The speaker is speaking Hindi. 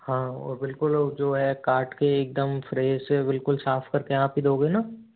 हाँ और बिल्कुल जो है काट के एक दम फ्रेस बिल्कुल साफ़ करके आप ही दोगे ना